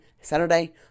Saturday